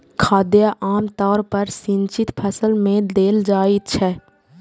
खाद आम तौर पर सिंचित फसल मे देल जाइत छै